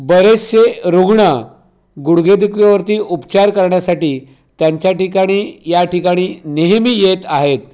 बरेचसे रुग्ण गुडघेदुखीवरती उपचार करण्यासाठी त्यांच्या ठिकाणी या ठिकाणी नेहमी येत आहेत